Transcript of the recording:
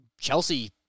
Chelsea